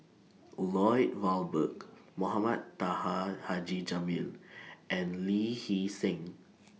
Lloyd Valberg Mohamed Taha Haji Jamil and Lee Hee Seng